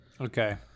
okay